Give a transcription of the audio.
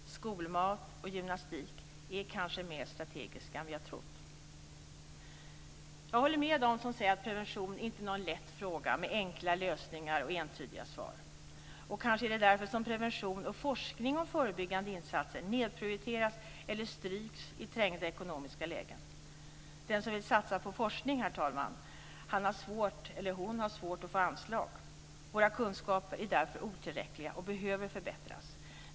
Skolmat och gymnastik är kanske mer strategiska än vi har trott. Jag håller med dem som säger att prevention inte är någon lätt fråga med enkla lösningar och entydiga svar. Kanske är det därför som prevention och forskning om förebyggande insatser nedprioriteras eller stryks i trängda ekonomiska lägen. Den som vill satsa på forskning, herr talman, har svårt att få anslag. Våra kunskaper är därför otillräckliga och behöver förbättras.